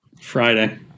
friday